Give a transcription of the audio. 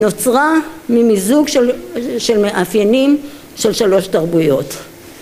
נוצרה ממזוג של מאפיינים של שלוש תרבויות